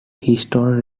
history